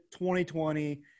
2020